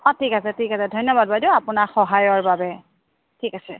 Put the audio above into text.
অঁ ঠিক আছে ঠিক আছে ধন্যবাদ বাইদেউ আপোনাৰ সহায়ৰ বাবে ঠিক আছে